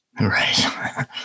right